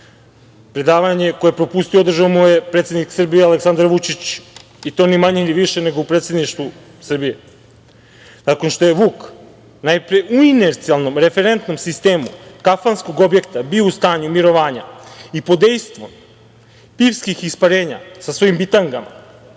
zakon. Predavanje koje je propustio održao mu je predsednik Srbije Aleksandar Vučić, i to ni manje ni više nego u predsedništvu Srbije, nakon što je Vuk u inercijalnom referentnom sistemu kafanskog objekta bio u stanju mirovanja i pod dejstvom pivskih isparenja sa svojim bitangama,